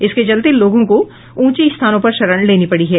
इसके चलते लोगों को ऊचे स्थानों पर शरण लेनी पड़ी है